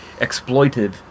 exploitive